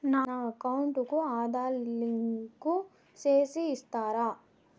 నా అకౌంట్ కు ఆధార్ లింకు సేసి ఇస్తారా?